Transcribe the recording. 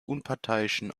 unparteiischen